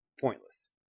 pointless